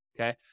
okay